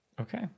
okay